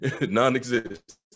Non-existent